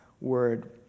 word